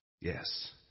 yes